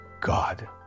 God